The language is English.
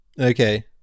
Okay